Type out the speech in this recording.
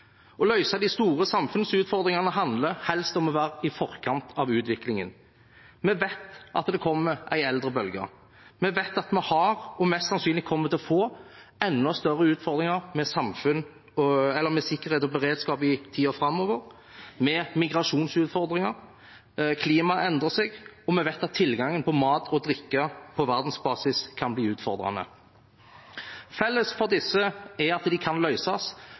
Å løse de store samfunnsutfordringene handler helst om å være i forkant av utviklingen. Vi vet at det kommer en eldrebølge. Vi vet at vi mest sannsynlig kommer til å få enda større utfordringer med sikkerhet og beredskap i tiden framover og migrasjonsutfordringer. Klimaet endrer seg, og vi vet at tilgangen på mat og drikke på verdensbasis kan bli utfordrende. Felles for disse er at de kan løses,